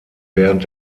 während